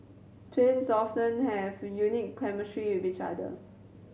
twins often have a unique chemistry with each other